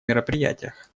мероприятиях